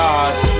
Gods